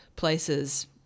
places